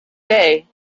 day